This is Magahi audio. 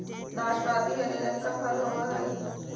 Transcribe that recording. नाशपाती हरे रंग का फल होवअ हई